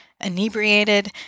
inebriated